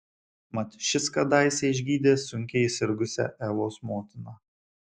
mat šis kadaise išgydė sunkiai sirgusią evos motiną